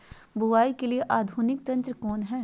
बुवाई के लिए आधुनिक यंत्र कौन हैय?